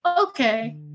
okay